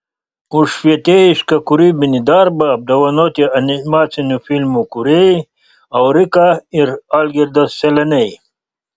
už švietėjišką kūrybinį darbą apdovanoti animacinių filmų kūrėjai aurika ir algirdas seleniai